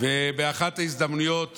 באחת ההזדמנויות